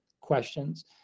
questions